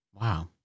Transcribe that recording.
Wow